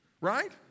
Right